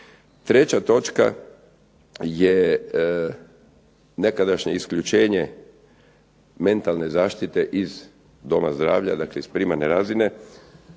Treća točka je nekadašnje isključenje mentalne zaštite iz doma zdravlja, dakle iz primarne razine.